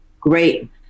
great